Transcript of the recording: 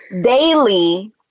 daily